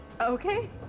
Okay